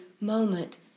moment